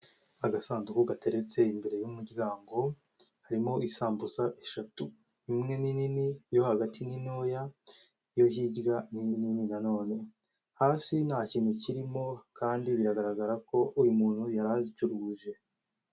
Agasanduku gateretse imbere y'umuryango, harimo isambusa eshatu, imwe ninini, iyo hagati nintoya, iyo hirya ninini nanone, hasi nta kintu kirimo kandi biragaragara ko uyu muntu yari azicuruje.